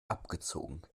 abgezogen